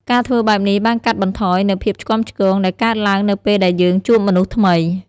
ការធ្វើបែបនេះបានកាត់បន្ថយនូវភាពឆ្គាំឆ្គងដែលកើតឡើងនៅពេលដែលយើងជួបមនុស្សថ្មី។